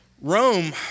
Rome